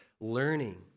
learning